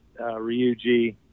Ryuji